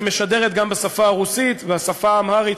שמשדרת גם בשפה הרוסית ובשפה האמהרית,